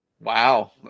Wow